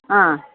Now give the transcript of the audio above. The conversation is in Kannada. ಹಾಂ